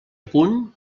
punt